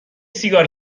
سیگار